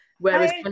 Whereas